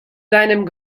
seinem